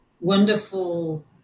wonderful